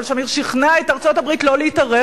אבל שמיר שכנע את ארצות-הברית לא להתערב.